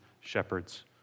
shepherds